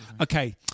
Okay